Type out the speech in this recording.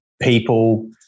people